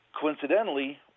Coincidentally